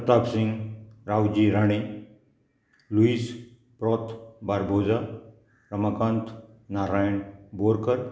Pratap Singh Raoji Rane Luis Proto Barbosa Ramakant Narayan Borkar